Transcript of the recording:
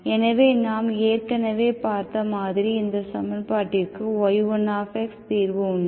எனவே நாம் ஏற்கனவே பார்த்த மாதிரி இந்த சமன்பாட்டிற்கு y1தீர்வு உண்டு